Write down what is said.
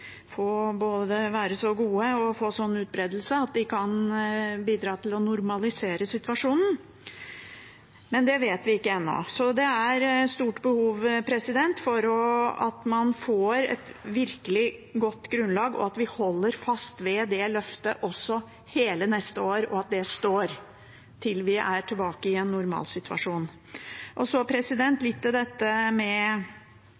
både skal kunne være så gode og få slik utbredelse at de kan bidra til å normalisere situasjonen, men det vet vi ikke ennå. Så det er stort behov for at man får et virkelig godt grunnlag, og at vi holder fast ved det løftet også hele neste år, at det står til vi er tilbake i en normal situasjon. Så